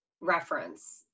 reference